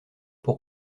pour